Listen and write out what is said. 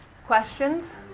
Questions